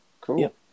Cool